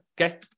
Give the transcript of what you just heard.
Okay